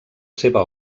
seva